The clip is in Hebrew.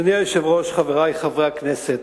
אדוני היושב-ראש, חברי חברי הכנסת,